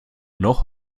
noch